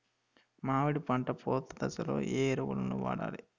మామిడి పంట పూత దశలో ఏ ఎరువులను వాడాలి?